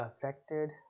affected